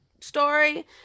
story